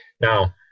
Now